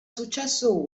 successo